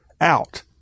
out